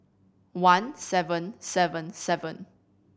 one seven seven seven